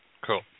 Cool